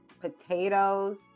potatoes